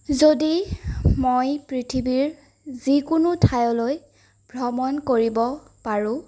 যদি মই পৃথিৱীৰ যিকোনো ঠাইলৈ ভ্ৰমণ কৰিব পাৰোঁ